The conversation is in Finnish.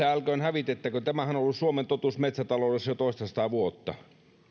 älköön hävitettäkö tämähän on ollut suomen totuus metsätaloudessa jo toistasataa vuotta